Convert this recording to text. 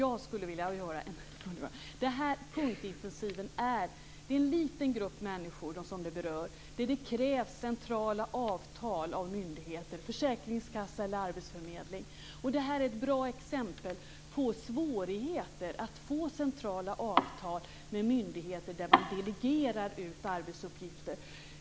Arbetet i Punktintensiven berör en liten grupp människor. Det krävs centrala avtal av myndigheter; försäkringskassa eller arbetsförmedling. Det här är ett bra exempel på svårigheter att få centrala avtal med myndigheter där arbetsuppgifter delegeras ut.